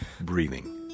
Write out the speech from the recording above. breathing